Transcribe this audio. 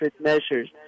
measures